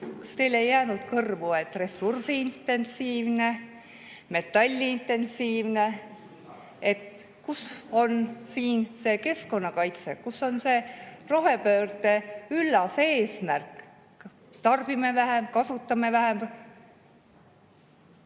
Kas teile ei jäänud kõrvu: ressursiintensiivne, metalliintensiivne? Kus on siin see keskkonnakaitse, kus on see rohepöörde üllas eesmärk, et tarbime vähem, kasutame vähem?